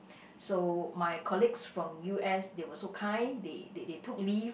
so my colleagues from U_S they were so kind they they they took leave